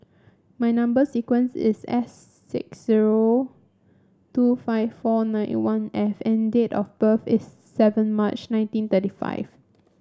my number sequence is S six zero two five four nine one F and date of birth is seven March nineteen thirty five